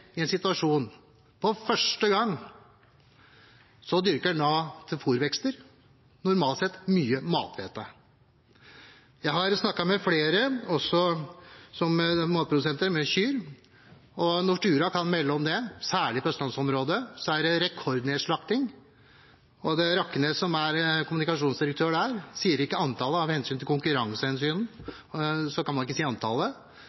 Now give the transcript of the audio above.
i en situasjon der han for første gang dyrker han til fôrvekster, normalt sett mye mathvete. Jeg har snakket med flere, også matprodusenter med kyr, og Nortura kan melde om at det særlig i østlandsområdet er rekordnedslakting. Rakkenes, som er kommunikasjonsdirektør der, sier ikke antallet. På grunn av konkurransehensyn kan han ikke si antallet,